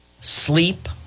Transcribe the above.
sleep